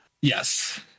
Yes